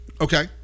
Okay